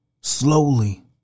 Slowly